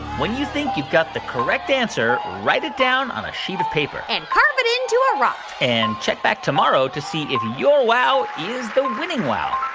when you think you've got the correct answer, write it down on a sheet of paper and carve it into a rock and check back tomorrow to see if your wow is the winning wow.